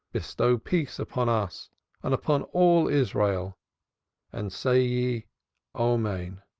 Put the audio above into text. bestow peace upon us and upon all israel and say ye, amen.